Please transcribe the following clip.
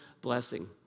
blessing